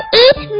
eat